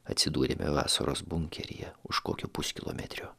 atsidūrėme vasaros bunkeryje už kokio puskilometrio